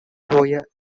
through